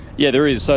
yeah there is. so